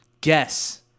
guess